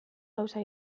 gauza